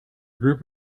group